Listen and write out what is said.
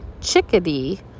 chickadee